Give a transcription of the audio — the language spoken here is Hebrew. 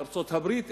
בארצות-הברית,